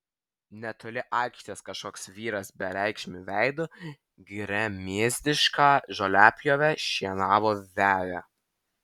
netoli aikštės kažkoks vyras bereikšmiu veidu gremėzdiška žoliapjove šienavo veją